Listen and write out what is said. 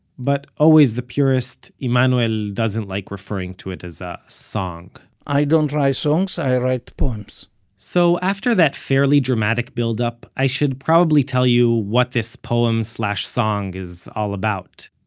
but always the purist, emanuel doesn't like referring to it as a ah song i don't write songs, i write poems so after that fairly dramatic build-up, i should probably tell you what this poem slash song is all about.